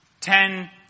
ten